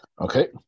Okay